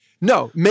No